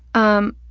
um,